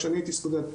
כשהייתי סטודנט,